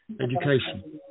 education